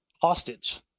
hostage